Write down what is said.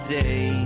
day